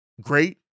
great